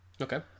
okay